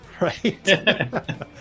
right